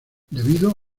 debido